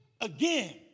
again